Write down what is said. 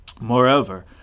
Moreover